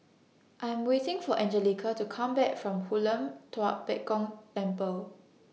I Am waiting For Angelica to Come Back from Hoon Lam Tua Pek Kong Temple